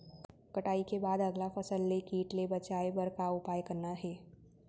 कटाई के बाद अगला फसल ले किट ले बचाए बर का उपाय करना हे?